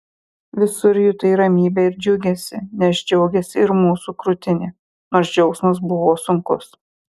visur jutai ramybę ir džiugesį nes džiaugėsi ir mūsų krūtinė nors džiaugsmas buvo sunkus